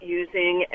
using